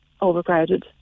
overcrowded